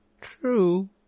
True